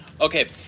Okay